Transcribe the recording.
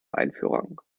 einführung